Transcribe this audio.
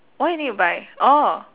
why you need to buy orh